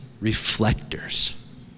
reflectors